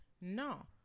No